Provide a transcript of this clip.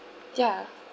ya